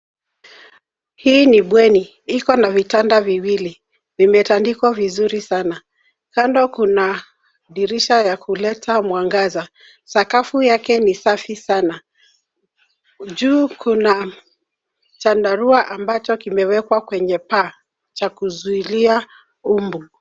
Hii ni bweni. Iko na vitanda viwili. Vimetandikwa vizuri sana. Kando kuna dirisha ya kuleta mwangaza. Sakafu yake ni safi sana. Juu kuna chandarua ambacho kimewekwa kwenye paa cha kuzuilia mbu.